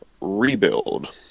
rebuild